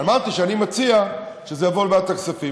אמרתי שאני מציע שזה יעבור לוועדת הכספים,